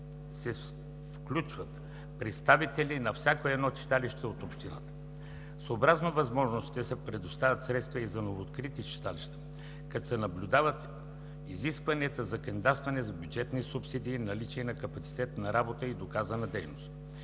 се включват представители на всяко едно читалище от общината. Съобразно възможностите, се предоставят средства и за новооткрити читалища, като се съблюдават изискванията за кандидатстване за бюджетната субсидия, наличие на капацитет за работа и доказана дейност.